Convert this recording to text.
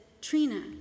Trina